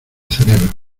cerebro